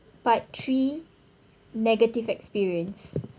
part three negative experience